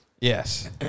Yes